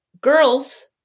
girls